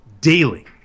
Daily